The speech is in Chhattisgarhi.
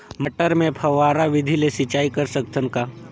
मटर मे फव्वारा विधि ले सिंचाई कर सकत हन का?